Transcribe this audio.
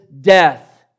death